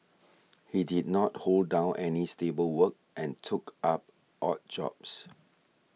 he did not hold down any stable work and took up odd jobs